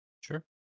Sure